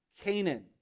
Canaan